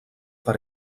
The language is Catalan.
per